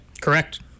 Correct